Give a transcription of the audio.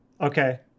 Okay